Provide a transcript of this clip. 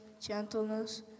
gentleness